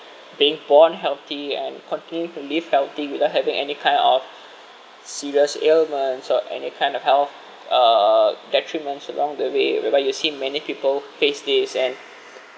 being born healthy and continue to live healthy without having any kind of serious ailments or any kind of health uh get treatments along the way whereby you see many people face this and